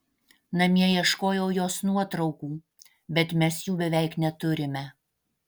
namie ieškojau jos nuotraukų bet mes jų beveik neturime